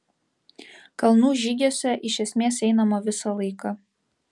kalnų žygiuose iš esmės einama visą laiką